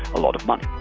a lot of money.